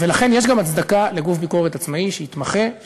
ולכן יש גם הצדקה לגוף ביקורת עצמאי שיתמחה,